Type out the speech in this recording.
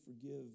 forgive